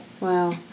Wow